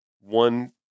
One